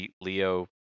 leo